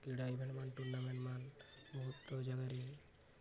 କ୍ରୀଡ଼ା ଇଭେଣ୍ଟ ମାନ ଟୁର୍ଣ୍ଣାମେଣ୍ଟ ମାନ ବହୁତ ଜାଗାରେ